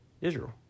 Israel